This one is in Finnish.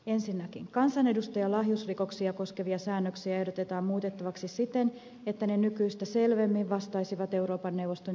ensinnäkin kansanedustajan lahjusrikoksia koskevia säännöksiä ehdotetaan muutettavaksi siten että ne nykyistä selvemmin vastaisivat euroopan neuvoston yleissopimuksen määräyksiä